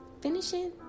Finishing